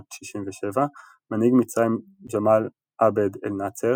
1966–1967, מנהיג מצרים גמאל עבד אל נאצר